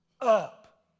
up